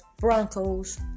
Broncos